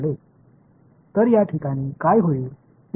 तर या ठिकाणी काय होईल ते